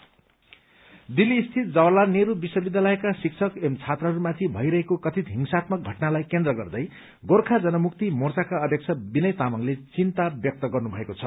JNU दार्ज दिल्ली स्थित जवाहरलाल नेहरू विश्वविद्यालयका शिक्षक एवं छात्रहरूमाथि भइरहेको कथित हिंसात्मक घटनालाई केन्द्र गर्दै गोर्खा जनमुक्ति मोर्चांका अध्यक्ष विनय तामाङले चिन्ता व्यक्त गर्नुभएको छ